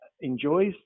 enjoys